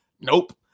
Nope